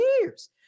years